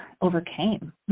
overcame